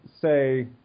say